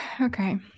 okay